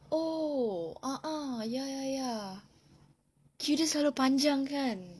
oh ah ah ya ya ya queue dia selalu panjang kan